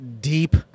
deep